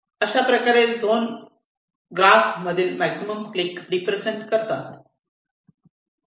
अशाप्रकारे zone graph मधील maximal clique represent करतात